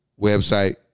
website